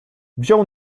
wziął